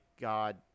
God